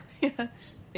yes